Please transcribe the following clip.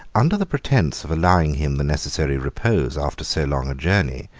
under the pretence of allowing him the necessary repose after so long a journey,